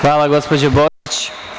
Hvala, gospođo Božić.